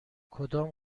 کدام